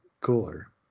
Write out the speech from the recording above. cooler